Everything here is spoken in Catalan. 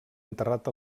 enterrat